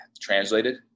translated